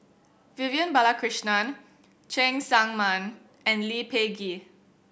Vivian Balakrishnan Cheng Tsang Man and Lee Peh Gee